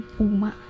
uma